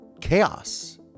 chaos